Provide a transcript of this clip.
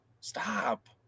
Stop